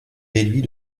déduit